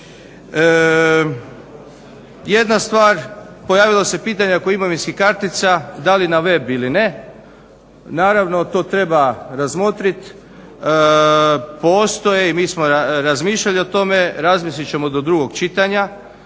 Jedna stvar, pojavilo se pitanje oko imovinskih kartica, da li na web ili ne. Naravno to treba razmotrit. Postoje i mi smo razmišljali o tome, razmislit ćemo do drugog čitanja,